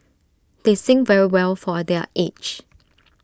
they sing very well for A their age